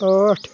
ٲٹھ